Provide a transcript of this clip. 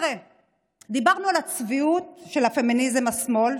דיברנו על הצביעות של פמיניזם השמאל,